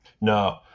No